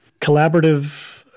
collaborative